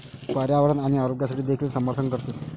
पर्यावरण आणि आरोग्यासाठी देखील समर्थन करते